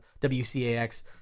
WCAX